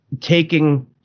taking